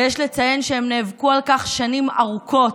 ויש לציין שהם נאבקו על כך שנים ארוכות,